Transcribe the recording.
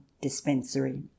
dispensary